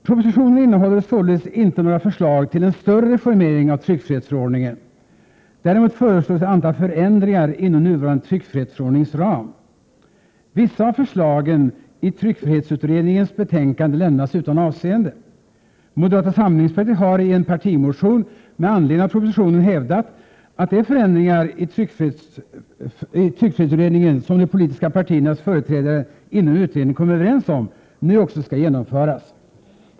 Propositionen innehåller således inte några förslag till en större reformering av tryckfrihetsförordningen. Däremot föreslås ett antal förändringar inom nuvarande tryckfrihetsförordnings ram. Vissa av förslagen i tryckfrihetsutredningens betänkande lämnas utan avseende. Moderata samlingspartiet har i en partimotion med anledning av propositionen hävdat att de förändringar i tryckfrihetsutredningen som de politiska partiernas företrädare inom utredningen kom överens om nu också skall genomföras.